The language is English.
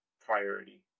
priority